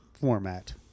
format